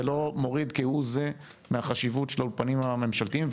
זה לא מוריד כהוא זה מהחשיבות של האולפנים הממשלתיים.